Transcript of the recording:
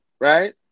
right